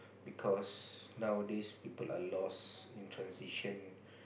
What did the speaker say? because nowadays people are lost in transition